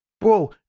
Bro